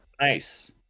Nice